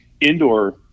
indoor